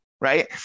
Right